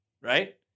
right